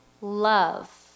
love